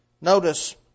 Notice